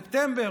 ספטמבר,